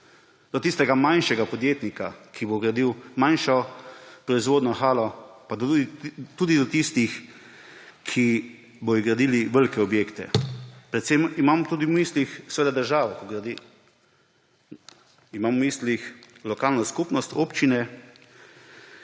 do tistega manjšega podjetnika, ki bo gradil manjšo proizvodnjo halo, pa tudi do tistih, ki bodo gradili velike objekte. Predvsem imam tudi v mislih državo, ko gradi. Imam v mislih lokalno skupnost, občine,